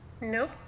nope